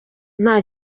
nta